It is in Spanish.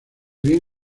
bien